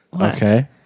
okay